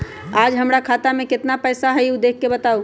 आज हमरा खाता में केतना पैसा हई देख के बताउ?